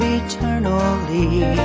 eternally